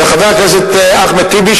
וחבר הכנסת אחמד טיבי,